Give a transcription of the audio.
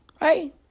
Right